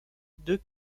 deux